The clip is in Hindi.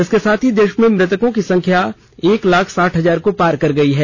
इसके साथ ही देश में मृतकों की संख्या एक लाख साठ हजार को पार कर गई है